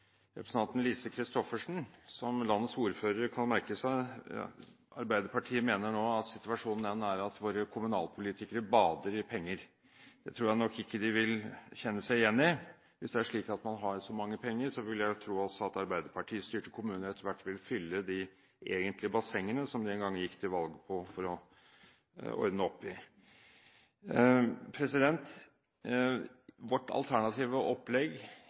representanten Lise Christoffersen. Arbeiderpartiet mener at situasjonen nå er slik at våre kommunalpolitikere bader i penger. Det tror jeg nok ikke de vil kjenne seg igjen i. Hvis det er slik at man har så mange penger, vil jeg tro at også arbeiderpartistyrte kommuner etter hvert vil fylle de bassengene som de en gang gikk til valg på å ordne opp i. Vårt alternative opplegg